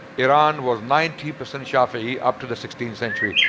iran was ninety percent shafi'i up to the sixteenth century.